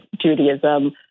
Judaism